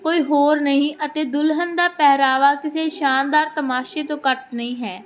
ਕੋਈ ਹੋਰ ਨਹੀਂ ਅਤੇ ਦੁਲਹਨ ਦਾ ਪਹਿਰਾਵਾ ਕਿਸੇ ਸ਼ਾਨਦਾਰ ਤਮਾਸ਼ੇ ਤੋਂ ਘੱਟ ਨਹੀਂ ਹੈ